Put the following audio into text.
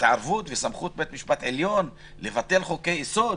סמכות בית המשפט העליון להתערב ולבטל חוקי יסוד.